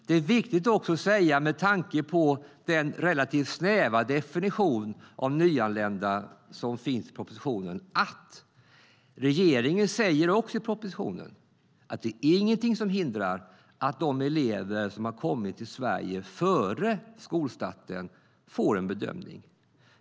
Det är viktigt med tanke på den relativt snäva definition av nyanlända som finns i propositionen. Regeringen säger också i propositionen att det inte är något som hindrar att de elever som har kommit till Sverige före skolstarten får en bedömning.